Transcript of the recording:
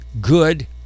good